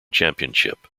championship